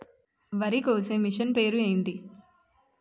వరి కోసే మిషన్ పేరు ఏంటి